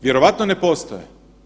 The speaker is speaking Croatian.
Vjerojatno ne postoje.